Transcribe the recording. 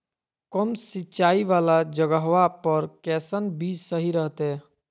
कम सिंचाई वाला जगहवा पर कैसन बीज सही रहते?